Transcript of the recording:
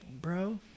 Bro